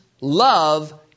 love